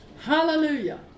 Hallelujah